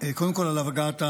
קודם כול על הגעת ההצעה,